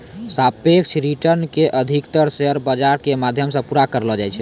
सापेक्ष रिटर्न के अधिकतर शेयर बाजार के माध्यम से पूरा करलो जाय छै